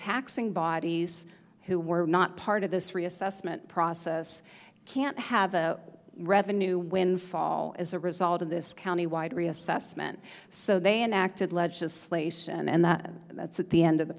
taxing bodies who were not part of this reassessment process can't have a revenue windfall as a result of this countywide reassessment so they enacted legislation and that's at the end of the